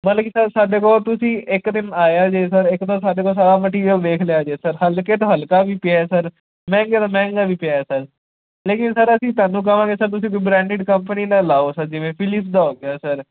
ਮਤਲਬ ਕਿ ਸਰ ਸਾਡੇ ਕੋਲ ਤੁਸੀਂ ਇੱਕ ਦਿਨ ਆਇਆ ਜੇ ਸਰ ਇੱਕ ਤਾਂ ਸਾਡੇ ਕੋਲ ਸਾਰਾ ਮਟੀਰੀਅਲ ਵੇਖ ਲਿਆ ਜੇ ਸਰ ਹਲਕੇ ਤੋਂ ਹਲਕਾ ਵੀ ਪਿਆ ਸਰ ਮਹਿੰਗੇ ਤੋਂ ਮਹਿੰਗਾ ਵੀ ਪਿਆ ਸਰ ਲੇਕਿਨ ਸਰ ਅਸੀਂ ਤੁਹਾਨੂੰ ਕਵਾਂਗੇ ਸਰ ਤੁਸੀਂ ਵੀ ਬ੍ਰਾਂਡਿਡ ਕੰਪਨੀ ਦਾ ਲਾਓ ਸਰ ਜਿਵੇਂ ਫਿਲਿਪ ਦਾ ਹੋ ਗਿਆ ਸਰ